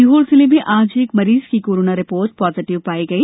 सीहोर जिले में आज एक मरीज की कोरोना रिपोर्ट पॉजिटिव पायी गयी